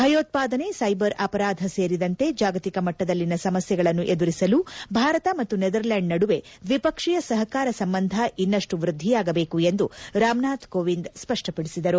ಭಯೋತ್ಪಾದನೆ ಸೈಬರ್ ಅಪರಾಧ ಸೇರಿದಂತೆ ಜಾಗತಿಕ ಮಟ್ಟದಲ್ಲಿನ ಸಮಸ್ಯೆಗಳನ್ನು ಎದುರಿಸಲು ಭಾರತ ಮತ್ತು ನೆದರ್ಲೆಂಡ್ ನಡುವೆ ದ್ವಿಪಕ್ಷೀಯ ಸಹಕಾರ ಸಂಬಂಧ ಇನ್ನಷ್ಟು ವೃದ್ಧಿಯಾಗಬೇಕು ಎಂದು ರಾಮನಾಥ್ ಕೋವಿಂದ್ ಸ್ವಷ್ಟವಡಿಸಿದರು